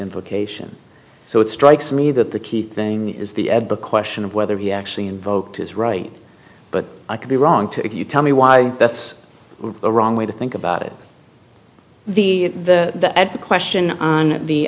invocation so it strikes me that the key thing is the at the question of whether he actually invoked his right but i could be wrong to if you tell me why that's a wrong way to think about it the the that the question on the